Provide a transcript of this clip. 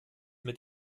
mit